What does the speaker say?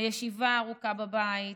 הישיבה הארוכה בבית,